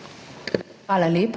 Hvala lepa.